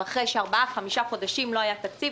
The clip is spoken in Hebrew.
אחרי שארבעה חמישה חודשים לא היה תקציב,